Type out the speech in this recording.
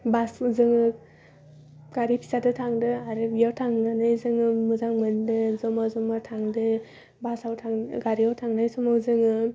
बारफु जोङो गारि फिसादों थांदों आरो बियाव थांनानै जोङो मोजां मोनदों जमा जमा थांदों बासाव थां गारियाव थांनाय समाव जोङो